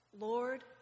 Lord